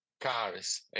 cars